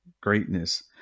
greatness